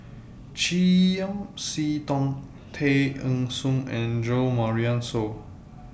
Chiam See Tong Tay Eng Soon and Jo Marion Seow